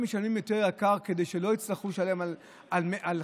משלמים יותר כדי שלא יצטרכו לשלם על דלק,